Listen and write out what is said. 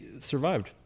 survived